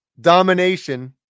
Domination